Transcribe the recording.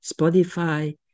Spotify